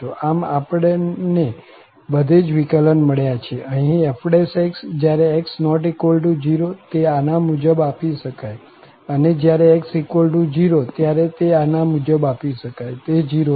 આમ આપણે ને બધે જ વિકલન મળ્યા છે અહીં f જયારે x≠0 તે આના મુજબ આપી શકાય અને જયારે x0 ત્યારે તે આના મુજબ આપી શકાય તે 0 છે